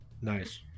Nice